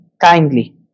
kindly